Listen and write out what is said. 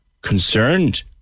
Concerned